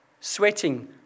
sweating